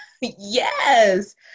Yes